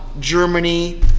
Germany